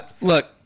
Look